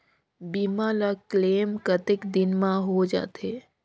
बीमा ला क्लेम कतेक दिन मां हों जाथे?